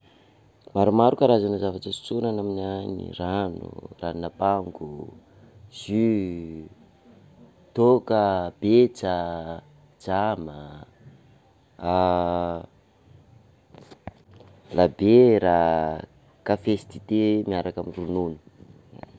Maromaro karazana zavatra sotroina any aminay any: rano, ranon'ampango, jus, toaka, betsa, dzama, labiera, kafé sy dité miaraka amin'ny ronono.